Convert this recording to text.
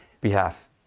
behalf